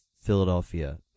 Philadelphia